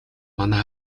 манай